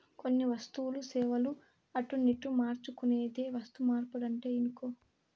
కొన్ని వస్తువులు, సేవలు అటునిటు మార్చుకునేదే వస్తుమార్పిడంటే ఇనుకో